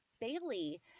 Bailey